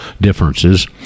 differences